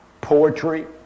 poetry